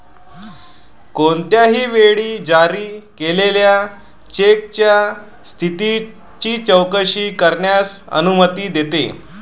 कोणत्याही वेळी जारी केलेल्या चेकच्या स्थितीची चौकशी करण्यास अनुमती देते